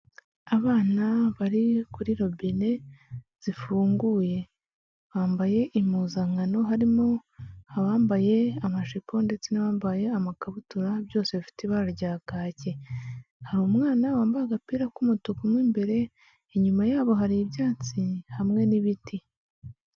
Abana bari kuri robine zifunguye bambaye impuzankano harimo abambaye amajipo ndetse n'abambaye ama kabutura byose bifite ibara rya kacyi, hari umwana wambaye agapira k'umutuku mo imbere, inyuma yabo hari ibyatsi hamwe n'ibiti.